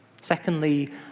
Secondly